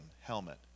helmet